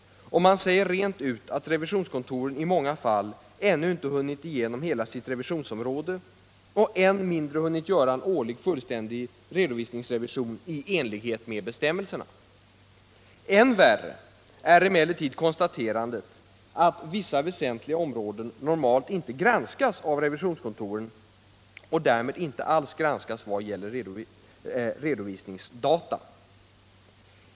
Och man säger rent ut att revisionskontoren i många fall ännu inte hunnit igenom hela sitt revisionsområde och än mindre hunnit göra en årlig, fullständig redovisningsrevision i enlighet med bestämmelserna. Än värre är emellertid konstaterandet att vissa väsentliga områden normalt inte granskas av revisionskontoren och därmed inte alls granskas vad gäller redovisningsdata.